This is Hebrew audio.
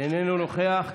איננו נוכח,